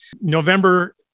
November